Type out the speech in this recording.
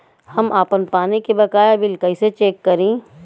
हम आपन पानी के बकाया बिल कईसे चेक करी?